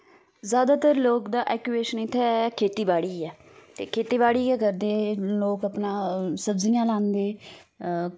जैदातर लोग दा अक्कूएशन इत्थै खेतीबाड़ी ऐ ते खेतीबाड़ी गै करदे लोक अपना सब्जियां लांदे